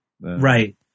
Right